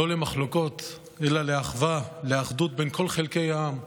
לא למחלוקות אלא לאחווה, לאחדות בין כל חלקי העם.